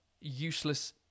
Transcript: useless